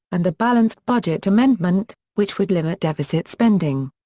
and a balanced budget amendment, which would limit deficit spending.